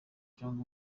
jong